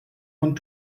von